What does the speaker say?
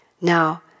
Now